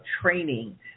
training